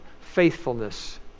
faithfulness